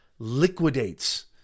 liquidates